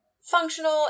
functional